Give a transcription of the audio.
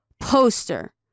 poster